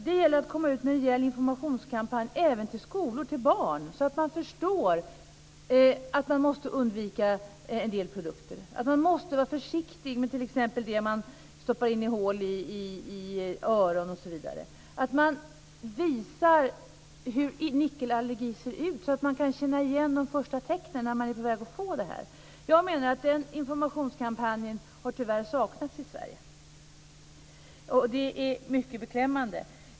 Det gäller att komma ut med en rejäl informationskampanj även till skolor och barn så att man förstår att man måste undvika en del produkter, att man måste vara försiktig t.ex. med det som man stoppar i hål i öron. Det är viktigt att visa hur nickelallergi ser ut så att man kan känna igen de första tecknen när man är på väg att få nickelallergi. Den informationskampanjen har, menar jag, tyvärr saknats i Sverige. Detta är mycket beklämmande.